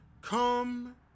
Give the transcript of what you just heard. come